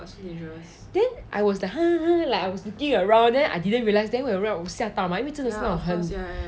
then I was like ha ha I was thinking around then I didn't realise then 我 like 我吓到 mah 真的是很